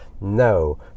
no